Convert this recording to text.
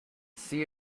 see